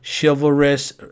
chivalrous